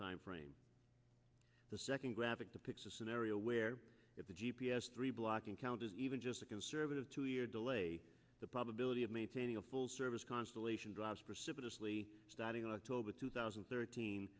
time frame the second graphic depicts a scenario where if the g p s three block encounters even just a conservative two year delay the probability of maintaining a full service constellation drops precipitously starting in october two thousand and thirteen